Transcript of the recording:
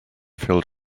filled